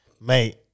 Mate